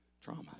trauma